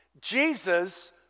Jesus